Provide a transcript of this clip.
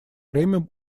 время